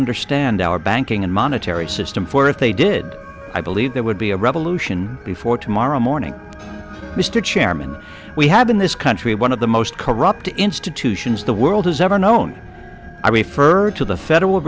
understand our banking and monetary system for if they did i believe there would be a revolution before tomorrow morning mr chairman we have in this country one of the most corrupt institutions the world has ever known her to the federal